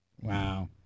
Wow